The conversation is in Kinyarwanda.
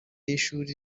y’ishuri